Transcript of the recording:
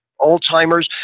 Alzheimer's